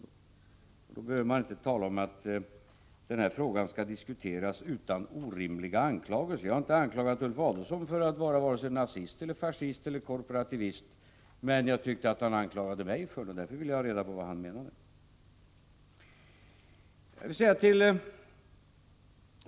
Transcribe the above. Då behöver man inte tala om att frågan skall diskuteras ”utan orimliga anklagelser”. Jag har inte anklagat Ulf Adelsohn för att vara vare sig nazist, fascist eller korporativist, men jag tyckte att han anklagade mig för det och därför ville jag ha reda på vad han menade.